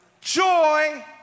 Joy